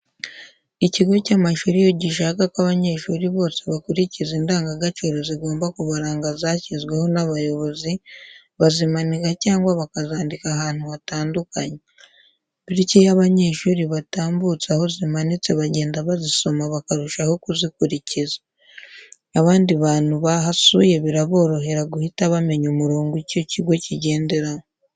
Icyigo cy'amashuri iyo gishaka ko abanyeshuri bose bakurikiza indangagaciro zigomba kubaranga zashyizweho n'abayobozi, bazimanika cyangwa bakazandika ahantu hatandukanye. Bityo iyo abanyeshuri batambutse aho zimanitse bagenda bazisoma bakarushaho kuzikurikiza. Abandi bantu bahasuye biraborohera guhita bamenya umurongo icyo kigo kigenderaho.